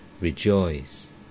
rejoice